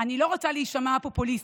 ואני לא רוצה להישמע פופוליסטית,